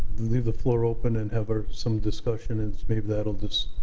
leave the floor open, and have ah some discussion? and maybe that'll just